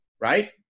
right